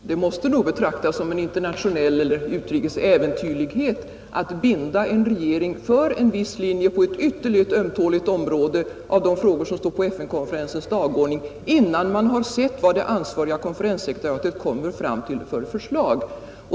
Herr talman! Det måste nog betraktas som en internationell eller utrikes äventyrlighet att binda en regering för en viss linje på ett ytterligt ömtåligt område bland de frågor som står på FN-konferensens dagordning innan man har sett vad det ansvariga konferenssekretariatet kommer fram till för förslag.